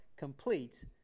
complete